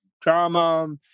drama